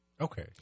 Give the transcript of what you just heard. Okay